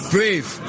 Brave